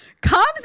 comes